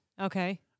Okay